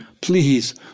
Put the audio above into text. Please